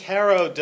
Caro